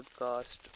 podcast